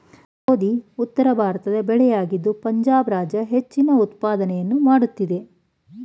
ಗೋಧಿ ಉತ್ತರಭಾರತದ ಬೆಳೆಯಾಗಿದ್ದು ಪಂಜಾಬ್ ರಾಜ್ಯ ಹೆಚ್ಚಿನ ಉತ್ಪಾದನೆಯನ್ನು ಮಾಡುತ್ತಿದೆ